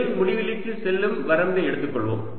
L முடிவிலிக்கு செல்லும் வரம்பை எடுத்துக்கொள்வோம்